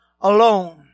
alone